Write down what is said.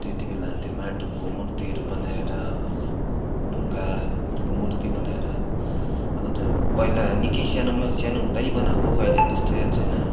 त्यतिबेला त्यो माटोको मूर्तिहरू बनाएर ढुङ्गाहरूको मूर्ति बनाएर अब त पहिला निकै सानोमा सानो हुँदै बनाएको अहिले त्यस्तो याद छैन